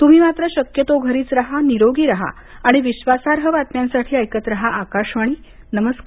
तुम्ही मात्र शक्यतो घरीच रहानिरोगी रहा आणि विश्वासार्ह बातम्यांसाठी ऐकत रहा आकाशवाणी नमस्कार